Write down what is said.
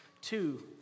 Two